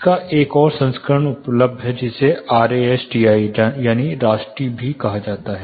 इसका एक और संस्करण उपलब्ध है जिसे RASTI कहा जाता है